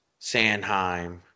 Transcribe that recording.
Sandheim